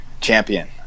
champion